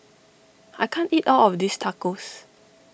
I can't eat all of this Tacos